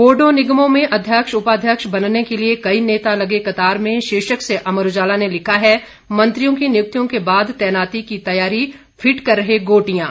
बोर्डों निगमों में अध्यक्ष उपाध्यक्ष बनने के लिये कई नेता लगे कतार में शीर्षक से अमर उजाला ने लिखा है मंत्रियों की नियुक्तियों के बाद तैनाती की तैयारी फिट कर रहे गोटियां